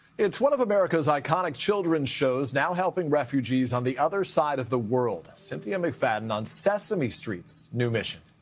it's one of america's iconic children shows, now helping refugees on the other side of the world. cynthia mcfadden on sesame street's new mission.